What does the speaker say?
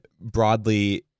broadly